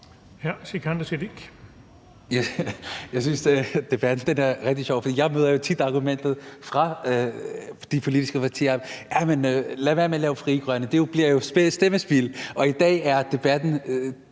Jeg synes, at debatten er rigtig sjov. Jeg møder jo tit det argument fra de politiske partier: Lad være med at lave Frie Grønne, for det fører jo til stemmespild. Og i debatten